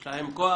יש להם כוח.